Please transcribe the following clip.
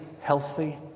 healthy